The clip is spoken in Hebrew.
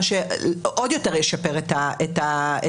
מה שעוד יותר ישפר את הדיווחים.